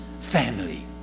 family